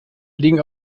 legen